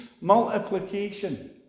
multiplication